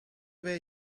way